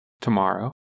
tomorrow